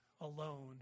alone